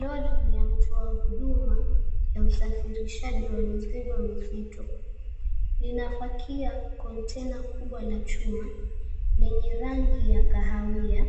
Lori ya mtu wa hudumu ya usafirishaji mizigo mizito linapakia kontena kubwa la chuma lenye rangi ya kahawia.